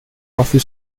coffee